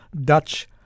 dutch